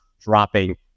dropping